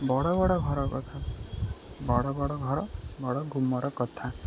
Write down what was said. ବଡ଼ ବଡ଼ ଘର କଥା ବଡ଼ ବଡ଼ ଘର ବଡ଼ ଗୁମର କଥା